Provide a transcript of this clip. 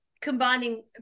combining